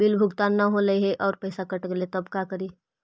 Bill भुगतान न हौले हे और पैसा कट गेलै त का करि?